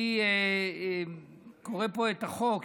אני קורא פה את החוק.